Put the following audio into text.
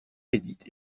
édite